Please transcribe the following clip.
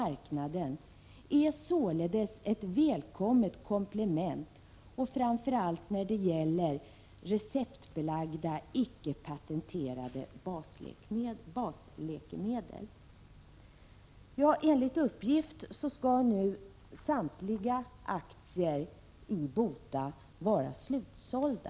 1986/87:93 marknaden är således ett välkommet komplement — framför allt när det 24 mars 1987 Enligt uppgift skall nu samtliga aktier i BOTA vara slutsålda.